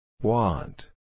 Want